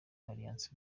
alliance